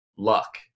luck